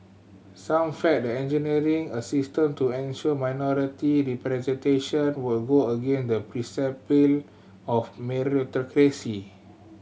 some felt that engineering a system to ensure minority representation will go against the of meritocracy